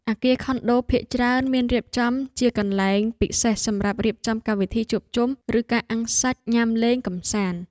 អគារខុនដូភាគច្រើនមានរៀបចំជាកន្លែងពិសេសសម្រាប់រៀបចំកម្មវិធីជួបជុំ ឬការអាំងសាច់ញ៉ាំលេងកម្សាន្ត។